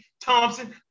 Thompson